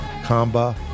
Kamba